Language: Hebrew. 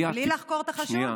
בלי לחקור את החשוד?